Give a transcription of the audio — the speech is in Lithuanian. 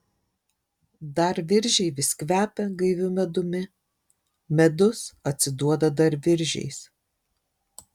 dar viržiai vis kvepia gaiviu medumi medus atsiduoda dar viržiais